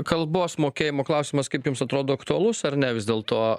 kalbos mokėjimo klausimas kaip jums atrodo aktualus ar ne vis dėlto